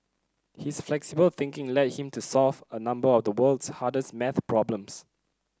his flexible thinking led him to solve a number of the world's hardest maths problems